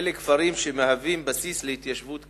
אלה כפרים שמהווים בסיס להתיישבות קבע.